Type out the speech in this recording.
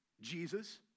Jesus